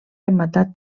rematat